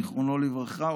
זיכרונו לברכה,